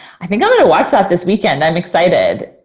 i think i'm gonna watch that this weekend, i'm excited.